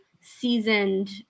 seasoned